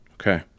Okay